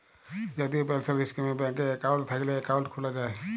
জাতীয় পেলসল ইস্কিমে ব্যাংকে একাউল্ট থ্যাইকলে একাউল্ট খ্যুলা যায়